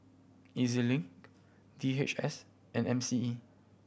E Z Link D H S and M C E